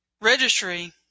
registry